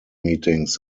meetings